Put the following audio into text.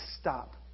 stop